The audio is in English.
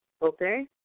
Okay